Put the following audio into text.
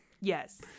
yes